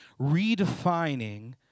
redefining